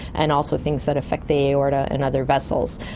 and also things that affect the aorta and other vessels.